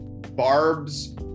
barbs